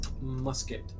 Musket